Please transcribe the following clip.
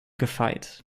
gefeit